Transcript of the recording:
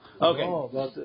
Okay